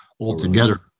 altogether